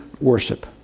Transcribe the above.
worship